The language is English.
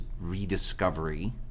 rediscovery